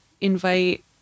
invite